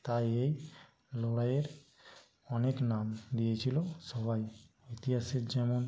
তাই এই লড়াইয়ের অনেক নাম দিয়েছিল সবাই ইতিহাসের যেমন